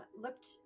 Looked